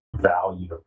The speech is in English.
value